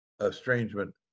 estrangement